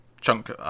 chunk